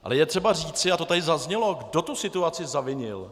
Ale je třeba říci a to tady zaznělo , kdo tu situaci zavinil.